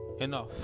enough